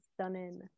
Stunning